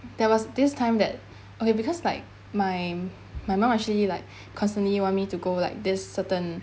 there was this time that okay because like my my mum actually like constantly want me to go like this certain